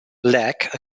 lack